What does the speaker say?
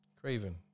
Craven